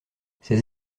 ses